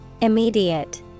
Immediate